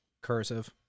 Cursive